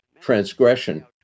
Transgression